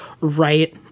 right